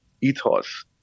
ethos